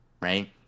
right